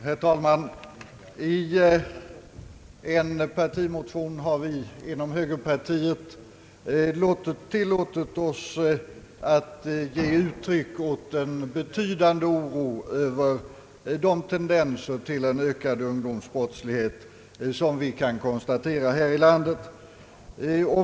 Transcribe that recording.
Herr talman, I en partimotion har vi inom högerpartiet tillåtit oss att ge uttryck åt betydande oro över de tendenser till ökad ungdomsbrottslighet som vi kan konstatera här i landet.